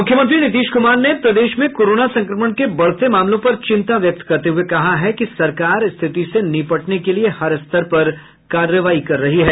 मुख्यमंत्री नीतीश क्मार ने प्रदेश में कोरोना संक्रमण के बढ़ते मामलों पर चिंता व्यक्त करते हुए कहा है कि सरकार स्थिति से निपटने के लिये हर स्तर पर कार्रवाई कर रही है